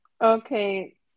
Okay